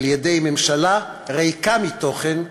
על-ידי ממשלה ריקה מתוכן,